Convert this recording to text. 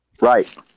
Right